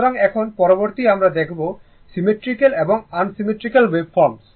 সুতরাং এখন পরবর্তী আমরা দেখবো সিমেট্রিক্যাল এবং আনসিমেট্রিক্যাল ওয়েভফর্মস